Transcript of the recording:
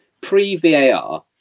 pre-VAR